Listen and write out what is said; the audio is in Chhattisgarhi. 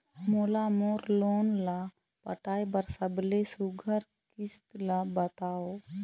मोला मोर लोन ला पटाए बर सबले सुघ्घर किस्त ला बताव?